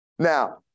Now